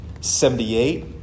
seventy-eight